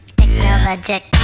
technologic